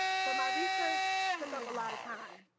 but my research took up a lot of time.